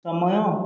ସମୟ